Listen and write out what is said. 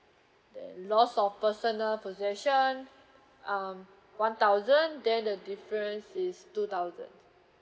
the lost of personal possession um one thousand then the difference is two thousand